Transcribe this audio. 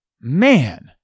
Man